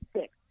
six